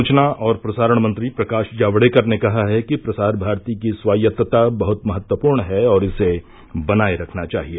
सूचना और प्रसारण मंत्री प्रकाश जावड़ेकर ने कहा है कि प्रसार भारती की स्वायत्तता बहुत महत्वपूर्ण है और इसे बनाये रखना चाहिए